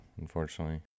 unfortunately